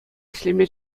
ӗҫлеме